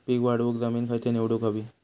पीक वाढवूक जमीन खैची निवडुक हवी?